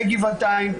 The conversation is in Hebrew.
בגבעתיים,